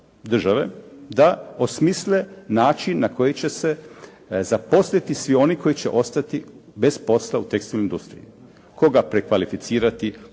da osmisle način na koji će se zaposliti svi oni koji će ostati bez posla u tekstilnoj industriji. Koga prekvalificirati,